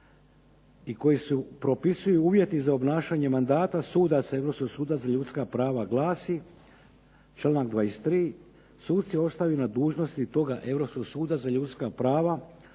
i koji su pripisuju uvjeti za obnašanje mandata sudaca Europskog suda za ljudska prava glasi članak 23. "suci ostaju na dužnosti toga Europskog suda za ljudska prava